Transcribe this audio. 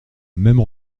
même